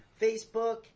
Facebook